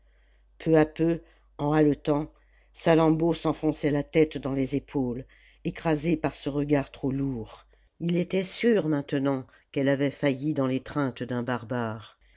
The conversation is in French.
peu à peu en haletant salammbô s'enfonçait la tête dans les épaules écrasée par ce regard trop lourd il était sûr maintenant qu'elle avait failli dans l'étreinte d'un barbare